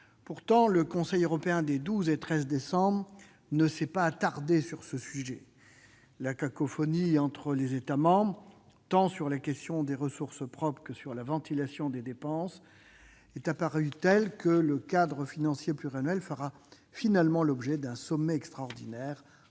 Pourtant, le Conseil européen des 12 et 13 décembre ne s'est pas attardé sur ce sujet. La cacophonie entre les États membres, tant sur la question des ressources propres que sur la ventilation des dépenses, est apparue telle que le cadre financier pluriannuel fera finalement l'objet d'un sommet extraordinaire en